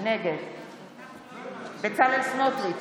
נגד בצלאל סמוטריץ'